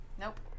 Nope